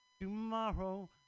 tomorrow